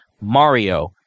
Mario